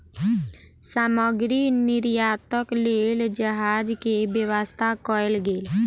सामग्री निर्यातक लेल जहाज के व्यवस्था कयल गेल